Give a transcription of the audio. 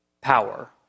power